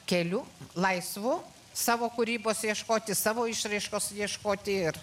keliu laisvu savo kūrybos ieškoti savo išraiškos ieškoti ir